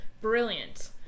brilliant